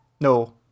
No